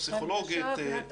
הפסיכולוגית.